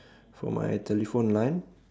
for my telephone line